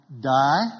Die